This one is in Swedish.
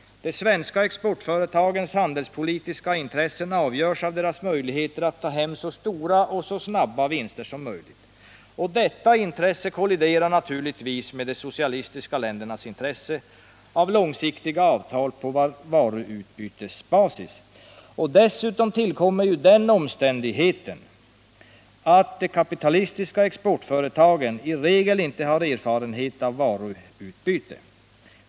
De svenska exportföretagens handelspolitiska intressen avgörs av deras möjligheter att ta hem så stora och så snabba vinster som möjligt. Detta intresse kolliderar naturligtvis med de socialistiska ländernas intresse av långsiktiga avtal på varuutbytesbasis. Dessutom tillkommer den omständigheten att de kapitalistiska exportföretagen i regel inte har erfarenhet av varuutbyte.